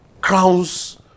crowns